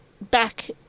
back